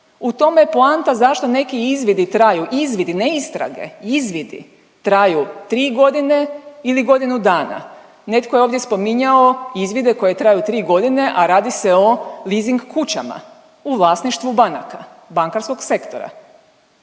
U tome je poanta zašto neki izvidi traju, izvidi ne istrage, izvidi traju 3 godine ili godinu dana. Netko je ovdje spominjao izvide koji traju 3 godine a radi se o leasing kućama u vlasništvu banaka, bankarskog sektora.